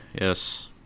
yes